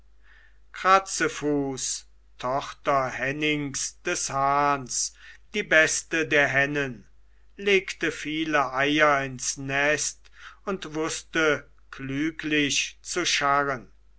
kratzefuß tochter hennings des hahns die beste der hennen legte viel eier ins nest und wußte klüglich zu scharren